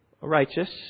righteous